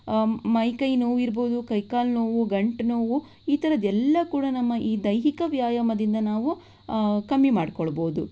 ಮೈ ಕೈ ನೋವು ಇರಬಹುದು ಕೈ ಕಾಲು ನೋವು ಗಂಟು ನೋವು ಈ ಥರದ್ದೆಲ್ಲ ಕೂಡ ಈ ನಮ್ಮ ದೈಹಿಕ ವ್ಯಾಯಾಮದಿಂದ ನಾವು ಕಮ್ಮಿ ಮಾಡಿಕೊಳ್ಬಹುದು